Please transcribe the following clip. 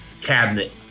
cabinet